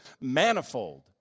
manifold